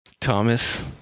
Thomas